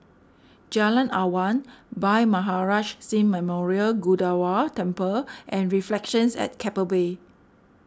Jalan Awan Bhai Maharaj Singh Memorial Gurdwara Temple and Reflections at Keppel Bay